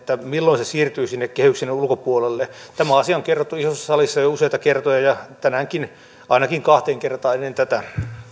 milloin se siirtyy sinne kehyksen ulkopuolelle tämä asia on kerrottu isossa salissa jo useita kertoja ja tänäänkin ainakin kahteen kertaan ennen tätä